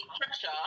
pressure